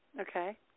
Okay